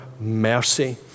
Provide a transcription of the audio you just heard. mercy